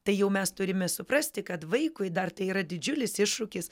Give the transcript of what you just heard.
tai jau mes turime suprasti kad vaikui dar tai yra didžiulis iššūkis